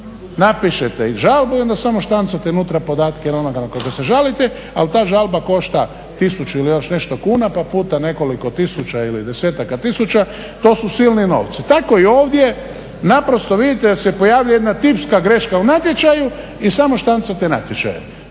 Napišete žalbu i onda samo štancate unutra podatke onoga na koga se žalite, ali ta žalba košta 1000 ili još nešto kuna pa puta nekoliko tisuća ili desetaka tisuća to su silni novci. Tako i ovdje naprosto vidite da se pojavljuje jedna tipska greška u natječaju i samo štancate natječaje.